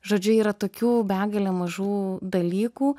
žodžiu yra tokių begalė mažų dalykų